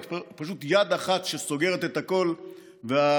רק פשוט יד אחת שסוגרת את הכול והדברים